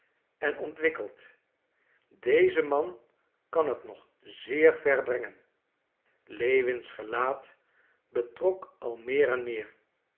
en ontwikkeld deze man kan het nog zeer ver brengen lewins gelaat betrok al meer en meer